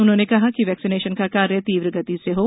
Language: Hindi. उन्होंने कहा कि वैक्सीनेशन का कार्य तीव्र गति से हों